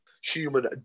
Human